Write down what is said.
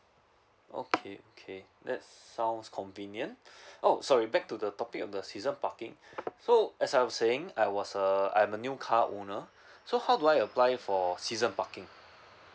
okay okay that's sounds convenient oh sorry back to the topic on the season parking so as I was saying I was a I'm a new car owner so how do I apply for season parking